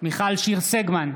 מיכל שיר סגמן,